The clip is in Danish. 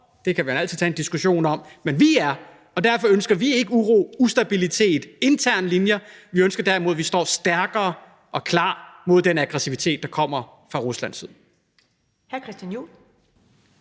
det kan vi altid tage en diskussion om. Men vi er det, og derfor ønsker vi ikke uro og ustabilitet på de interne linjer. Men vi ønsker derimod, at vi står klar over for og stærkere mod den aggressivitet, der kommer fra Ruslands side.